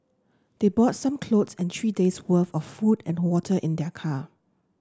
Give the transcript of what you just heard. they brought some clothes and three days' worth of food and water in their car